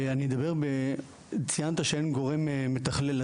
ציינת שאין גורם מתכלל,